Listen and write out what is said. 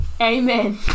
Amen